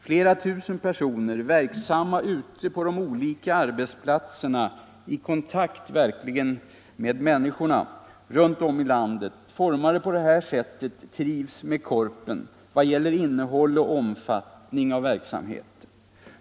Flera tusen personer, verksamma ute på olika arbetsplatser i kontakt med människorna runtom i landet, formade Trivs med Korpen i vad gäller innehåll och omfattning.